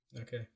Okay